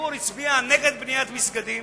הציבור הצביע נגד בניית מסגדים,